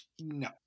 No